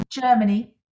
Germany